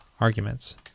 arguments